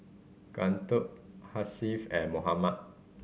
Guntur Hasif and Muhammad